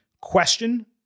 question